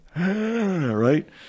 right